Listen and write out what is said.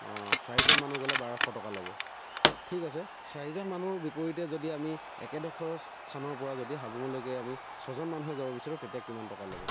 অঁ চাৰিজন মানুহ গ'লে বাৰশ টকা ল'ব ঠিক আছে চাৰিজন মানুহৰ বিপৰীতে যদি আমি একেডোখৰ স্থানৰ পৰা যদি হাবুঙলৈকে আমি ছজন মানুহে যাব বিচাৰোঁ তেতিয়া কিমান টকা ল'ব